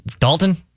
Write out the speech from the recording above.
Dalton